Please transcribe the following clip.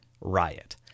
riot